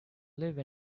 live